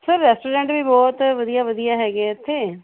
sir restaurant ਵੀ ਬਹੁਤ ਵਧੀਆ ਵਧੀਆ ਹੈਗੇ ਹੈ ਇੱਥੇ